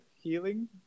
healing